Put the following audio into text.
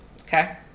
Okay